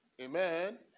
Amen